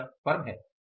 यहां यह फर्म है